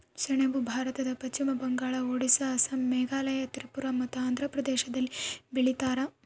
ಸೆಣಬು ಭಾರತದ ಪಶ್ಚಿಮ ಬಂಗಾಳ ಒಡಿಸ್ಸಾ ಅಸ್ಸಾಂ ಮೇಘಾಲಯ ತ್ರಿಪುರ ಮತ್ತು ಆಂಧ್ರ ಪ್ರದೇಶದಲ್ಲಿ ಬೆಳೀತಾರ